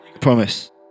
promise